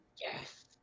Yes